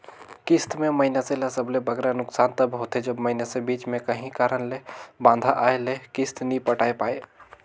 किस्त में मइनसे ल सबले बगरा नोसकान तब होथे जब मइनसे बीच में काहीं कारन ले बांधा आए ले किस्त नी पटाए पाए